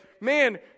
man